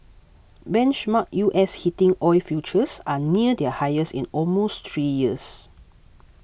benchmark U S heating oil futures are near their highest in almost three years